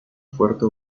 fuerte